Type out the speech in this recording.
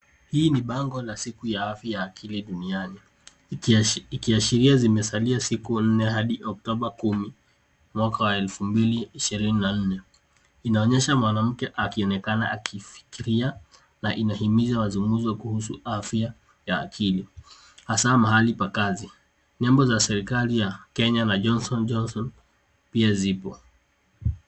Hii ni bango la siku ya afya ya akili duniani, ikiashiria zimesalia siku nne hadi Oktoba kumi, mwaka wa elfu mbili ishirini na nne. Inaonyesha mwanamke akionekana akiifikiria na inahimiza mazungumzo kuhusu afya ya akili, hasa mahali pa kazi. Nembo za serikali ya Kenya na Johnson Johnson pia zipo.